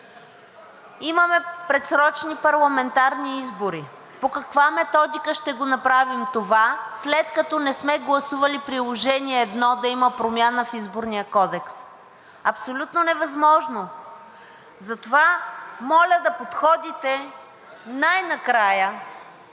имаме предсрочни парламентарни избори. По каква методика ще го направим това, след като не сме гласували Приложение № 1 да има промяна в Изборния кодекс. Абсолютно невъзможно! Затова моля да подходите най-накрая